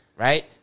Right